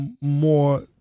more